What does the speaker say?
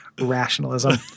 rationalism